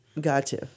Gotcha